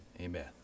amen